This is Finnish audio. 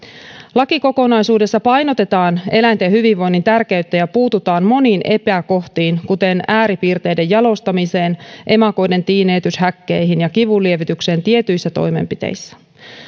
lakikokonaisuudessa painotetaan eläinten hyvinvoinnin tärkeyttä ja puututaan moniin epäkohtiin kuten ääripiirteiden jalostamiseen emakoiden tiineytyshäkkeihin ja kivunlievitykseen tietyissä toimenpiteissä